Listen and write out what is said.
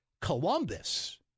Columbus